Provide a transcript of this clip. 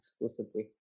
exclusively